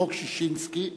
"חוק ששינסקי".